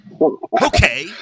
Okay